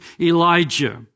Elijah